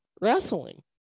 wrestling